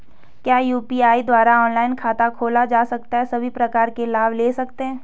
क्या यु.पी.आई द्वारा ऑनलाइन खाता खोला जा सकता है सभी प्रकार के लाभ ले सकते हैं?